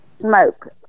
smoke